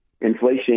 Inflation